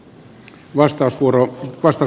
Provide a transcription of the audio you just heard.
arvoisa herra puhemies